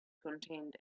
contained